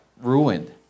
ruined